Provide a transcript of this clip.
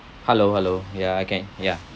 hello hello ya I can yeah